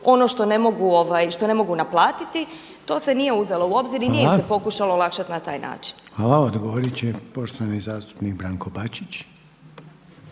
ono što ne mogu naplatiti, to se nije uzelo u obzir i nije im se pokušalo olakšati na taj način. **Reiner, Željko (HDZ)** Hvala. Odgovorit će poštovani zastupnik Branko Bačić.